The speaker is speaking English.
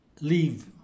leave